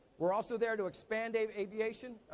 we're also there to expand aviation.